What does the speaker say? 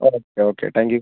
okay okay thank you